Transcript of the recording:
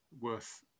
worth